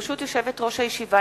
ברשות יושבת-ראש הישיבה,